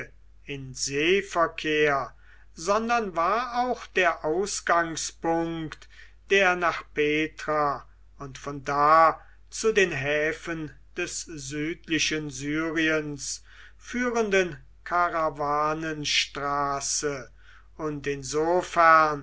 in seeverkehr sondern war auch der ausgangspunkt der nach petra und von da zu den häfen des südlichen syriens führenden karawanenstraße und insofern